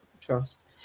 Trust